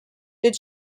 did